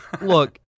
Look